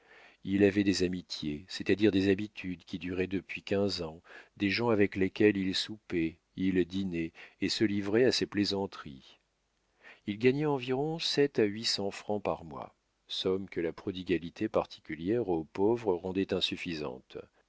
il avait des amitiés c'est-à-dire des habitudes qui duraient depuis quinze ans des gens avec lesquels il soupait il dînait et se livrait à ses plaisanteries il gagnait environ sept à huit cents francs par mois somme que la prodigalité particulière aux pauvres rendait insuffisante